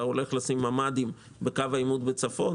אתה הולך לשים ממ"דים בקו העימות בצפון,